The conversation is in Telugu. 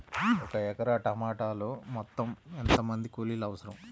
ఒక ఎకరా టమాటలో మొత్తం ఎంత మంది కూలీలు అవసరం?